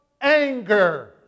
Anger